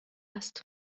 است